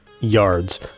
yards